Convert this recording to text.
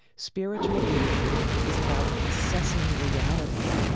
spiritual leadership is about assessing reality,